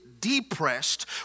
depressed